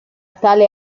tale